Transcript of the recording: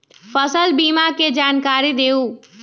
फसल बीमा के जानकारी दिअऊ?